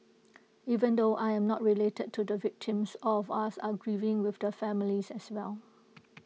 even though I am not related to the victims all of us are grieving with the families as well